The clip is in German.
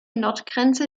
nordgrenze